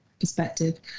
perspective